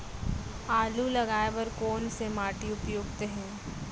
आलू लगाय बर कोन से माटी उपयुक्त हे?